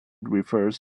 refers